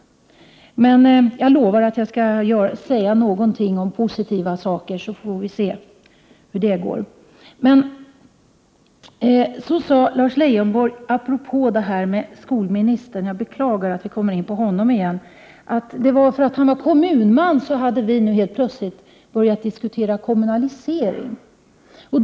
Men jag lovar att säga någonting om positiva saker, så får vi se hur det går. Lars Leijonborg sade apropå skolministern — jag beklagar att vi kommer in på honom igen — att det var för att skolministern var kommunman som vi nu helt plötsligt hade börjat diskutera kommunalisering av skolan.